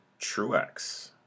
Truex